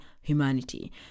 humanity